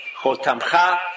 Chotamcha